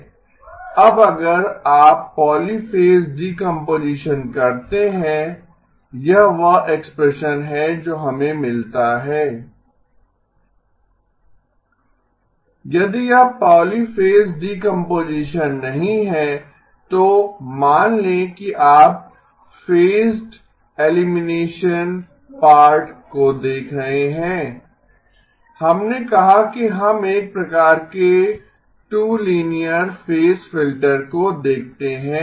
अब अगर आप पॉलीफ़ेज़ डीकम्पोजीशन करते हैं यह वह एक्सप्रेशन है जो हमें मिलता है T 2 z−1 E0 E1 यदि यह पॉलीफ़ेज़ डीकम्पोजीशन नहीं है तो मान लें कि आप फेज्ड एलिमिनेशन पार्ट को देख रहे हैं हमने कहा कि हम एक प्रकार के 2 लीनियर फेज फ़िल्टर को देखते हैं